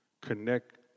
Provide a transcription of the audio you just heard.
connect